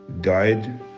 died